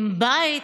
עם בית?